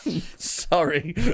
sorry